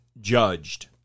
judged